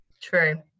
true